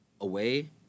away